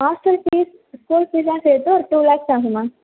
hostel fees school ஃபீஸ்லாம் சேர்த்து ஒரு டூ லேக்ஸ் தாங்க மேம்